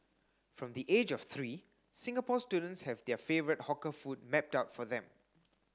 from the age of three Singapore students have their favourite hawker food mapped out for them